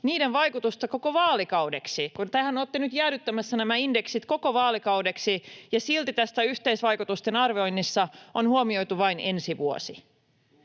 vaikutusta koko vaalikaudeksi, kun tehän olette nyt jäädyttämässä nämä indeksit koko vaalikaudeksi, ja silti tässä yhteisvaikutusten arvioinnissa on huomioitu vain ensi vuosi.